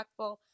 impactful